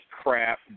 crap